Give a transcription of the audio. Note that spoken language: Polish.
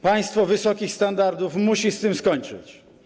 Państwo wysokich standardów musi z tym skończyć.